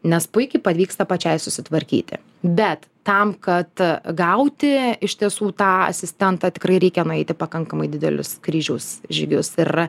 nes puikiai pavyksta pačiai susitvarkyti bet tam kad gauti iš tiesų tą asistentą tikrai reikia nueiti pakankamai didelius kryžiaus žygius ir